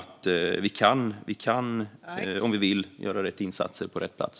Vi kan, om vi vill, göra rätt insatser på rätt plats.